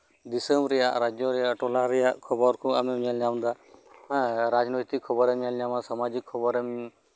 ᱫᱤᱥᱚᱢ ᱨᱮᱭᱟᱜ ᱨᱟᱡᱽᱡᱚ ᱨᱮᱭᱟᱜ ᱴᱚᱞᱟ ᱨᱮᱭᱟᱜ ᱠᱷᱚᱵᱚᱨ ᱠᱚ ᱟᱢᱮᱢ ᱧᱮᱞ ᱧᱟᱢ ᱮᱫᱟ ᱦᱮᱸ ᱨᱟᱡᱽᱱᱳᱭᱛᱤᱠ ᱠᱷᱚᱵᱚᱨᱮᱢ ᱧᱮᱞ ᱧᱟᱢᱟ ᱥᱟᱢᱟᱡᱤᱠ ᱠᱷᱚᱵᱚᱨᱮᱢ